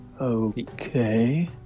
Okay